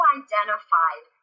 identified